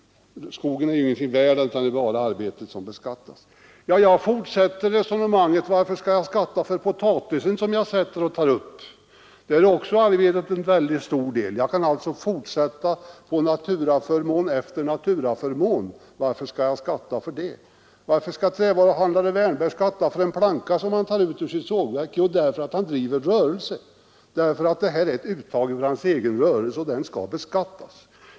Skogen är ju ingenting värd, utan det är bara arbetet som beskattas. Jag fortsätter resonemanget: Varför skall jag skatta för potatisen som jag sätter och tar upp? I det fallet är ju också arbetet en mycket stor del av värdet. Jag kan fortsätta med naturaförmån efter naturaförmån och fråga: Varför skall jag skatta för det? Varför skall trävaruhandlare Wärnberg skatta för en planka som han tar ut ur sitt sågverk? Jo, därför att det är ett uttag ur hans egen rörelse, och det skall beskattas.